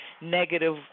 negative